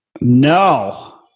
No